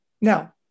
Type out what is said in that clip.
now